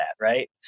right